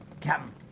Captain